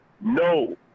No